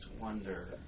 wonder